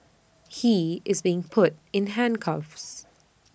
he is being put in handcuffs